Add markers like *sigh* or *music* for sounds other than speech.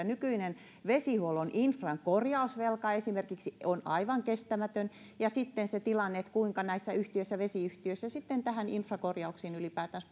*unintelligible* nykyinen vesihuollon infran korjausvelka esimerkiksi on aivan kestämätön ja sitten se tilanne että kuinka näissä vesiyhtiöissä sitten näihin infrakorjauksiin ylipäätänsä *unintelligible*